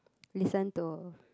listen to